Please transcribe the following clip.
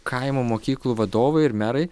kaimo mokyklų vadovai ir merai